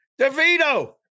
DeVito